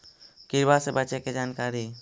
किड़बा से बचे के जानकारी?